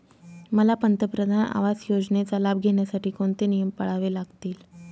मला पंतप्रधान आवास योजनेचा लाभ घेण्यासाठी कोणते नियम पाळावे लागतील?